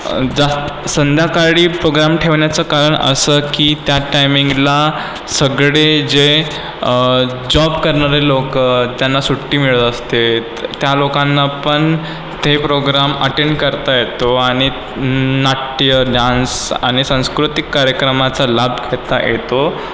जास संध्याकाळी प्रोग्राम ठेवण्याचं कारण असं की त्या टाइमिंगला सगळे जे जॉब करणारे लोकं त्यांना सुट्टी मिळत असते त्या लोकांना पण ते प्रोग्राम अटेंड करता येतो आणि नाट्य डान्स आणि सांस्कृतिक कार्यक्रमाचा लाभ घेता येतो